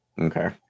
Okay